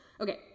Okay